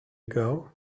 ago